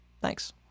Thanks